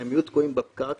הם יהיו תקועים בפקק